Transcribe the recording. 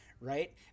Right